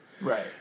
Right